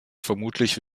vermutlich